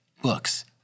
Books